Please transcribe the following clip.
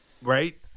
Right